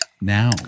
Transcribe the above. now